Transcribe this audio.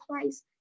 place